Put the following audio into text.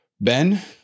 Ben